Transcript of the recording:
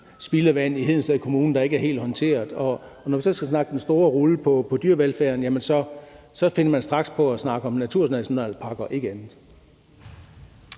spildevandet i Hedensted Kommune, der ikke er helt rigtigt håndteret; når vi så skal tage den store snak om dyrevelfærden, finder man straks på at snakke om naturnationalparker og ikke andet.